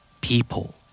People